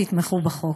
תתמכו בחוק.